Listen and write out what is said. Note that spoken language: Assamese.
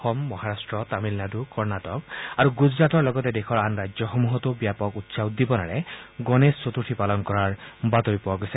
অসম মহাৰাট্ট তামিলনাডু কৰ্ণটিক আৰু গুজৰাটৰ লগতে দেশৰ আন ৰাজ্যসমূহতো ব্যাপক উৎসাহ উদ্দীপনাৰে গণেশ চতৃৰ্থী পালন কৰাৰ বাতৰি পোৱা গৈছে